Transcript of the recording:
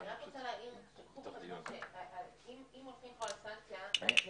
אני רק רוצה להעיר שאם הולכים פה על סנקציה זה